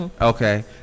okay